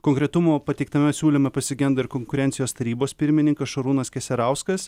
konkretumo pateiktame siūlyme pasigenda ir konkurencijos tarybos pirmininkas šarūnas keserauskas